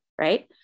Right